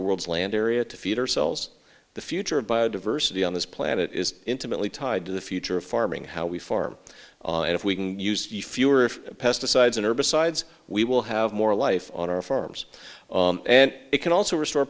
the world's land area to feed ourselves the future of biodiversity on this planet is intimately tied to the future of farming how we farm and if we can use you fewer pesticides and herbicides we will have more life on our farms and it can also restore